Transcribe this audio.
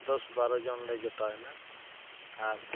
ᱫᱚᱥ ᱵᱟᱨᱚ ᱡᱚᱱᱞᱮ ᱡᱚᱴᱟᱣ ᱮᱱᱟ ᱟᱨ